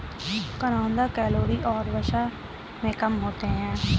करौंदा कैलोरी और वसा में कम होते हैं